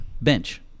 bench